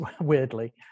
weirdly